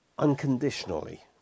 unconditionally